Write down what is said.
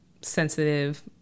sensitive